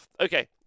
Okay